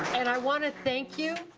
and i wanna thank you,